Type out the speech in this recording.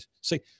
see